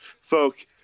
folk